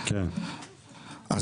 לצורך העניין,